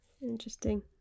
interesting